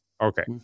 Okay